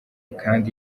kandi